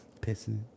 pissing